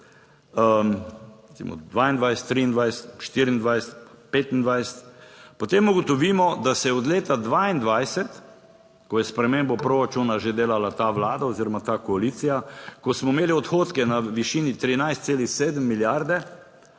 2023, 2024, 2025, potem ugotovimo, da se je od leta 2022, ko je spremembo proračuna že delala ta Vlada oziroma ta koalicija, ko smo imeli odhodke v višini 13,7 milijarde,